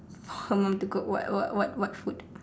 her mum to cook what what what what food